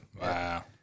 Wow